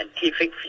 scientific